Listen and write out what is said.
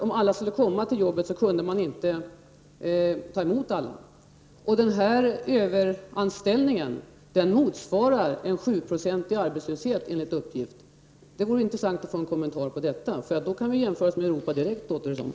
Om alla skulle komma till jobbet skulle man inte kunna ta emot dem. Denna överanställning motsvarar enligt uppgift en 7-procentig arbetslöshet. Det vore intressant att få en kommentar till detta, eftersom vi då direkt skulle kunna jämföra oss med Europa.